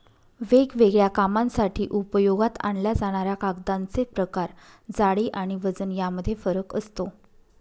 वेगवेगळ्या कामांसाठी उपयोगात आणल्या जाणाऱ्या कागदांचे प्रकार, जाडी आणि वजन यामध्ये फरक असतो